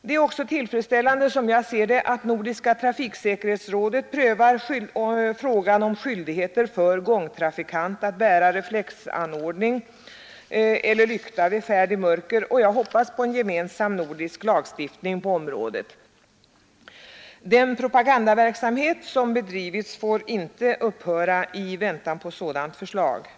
Det är också tillfredsställande, som jag ser det, att Nordiska trafiksäkerhetsrådet prövar frågan om skyldighet för gångtrafikant att bära reflexanordning eller lykta vid färd i mörker. Jag hoppas på en gemensam nordisk lagstiftning på området. Den propagandaverksamhet som bedrivits får inte upphöra i väntan på ett sådant förslag.